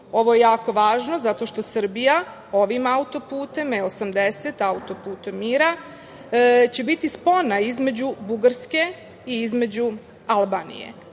ovo je jako važno zato što Srbija ovim auto-putem, E-80, auto-putem „Mira“ će biti spona između Bugarske i između Albanije.